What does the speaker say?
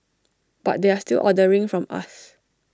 but they're still ordering from us